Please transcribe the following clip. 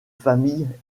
famille